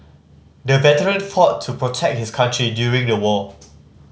the veteran fought to protect his country during the war